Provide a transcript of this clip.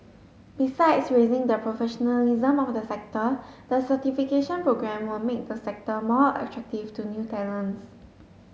besides raising the professionalism of the sector the certification programme will make the sector more attractive to new talents